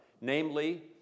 Namely